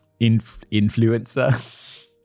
influencer